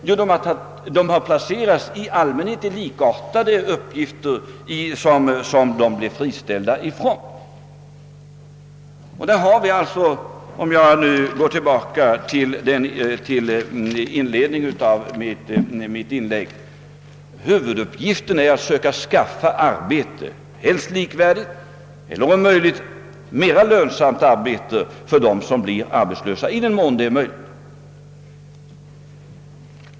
Jo, de har i allmänhet placerats i uppgifter likartade de som de friställdes från. Huvuduppgiften för våra ansträngningar är — för att återgå till inledningen av mitt inlägg — att i den mån det är möjligt söka skaffa ett likvärdigt eller mera lönsamt arbete för dem som blir arbetslösa.